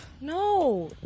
No